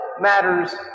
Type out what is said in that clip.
matters